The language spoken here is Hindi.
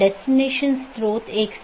तो 16 बिट के साथ कई ऑटोनॉमस हो सकते हैं